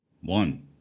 One